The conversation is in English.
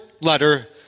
letter